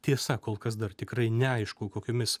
tiesa kol kas dar tikrai neaišku kokiomis